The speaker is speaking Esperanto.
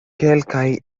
kelkaj